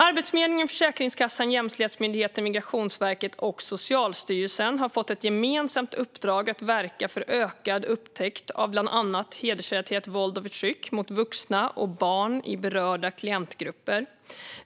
Arbetsförmedlingen, Försäkringskassan, Jämställdhetsmyndigheten, Migrationsverket och Socialstyrelsen har fått ett gemensamt uppdrag att verka för ökad upptäckt av bland annat hedersrelaterat våld och förtryck mot vuxna och barn i berörda klientgrupper.